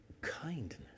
kindness